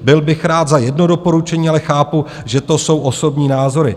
Byl bych rád za jedno doporučení, ale chápu, že to jsou osobní názory.